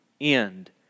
end